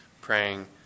praying